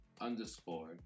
underscore